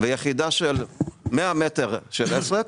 ויחידה של 100 מטר של עסק